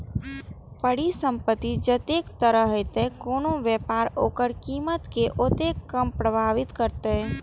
परिसंपत्ति जतेक तरल हेतै, कोनो व्यापार ओकर कीमत कें ओतेक कम प्रभावित करतै